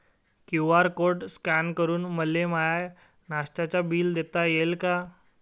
QR code scan करून मले माय नास्त्याच बिल देता येईन का?